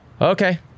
Okay